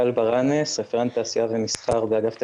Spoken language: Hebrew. גל ברנס, רפרנט תעשייה ומסחר באגף התקציבים.